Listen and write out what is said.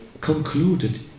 concluded